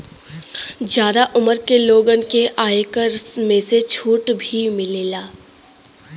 जादा उमर के लोगन के आयकर में से छुट भी मिलला